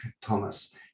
Thomas